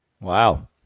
Wow